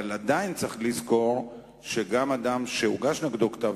עדיין צריך לזכור שגם אדם שהוגש נגדו כתב